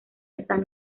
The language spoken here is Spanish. están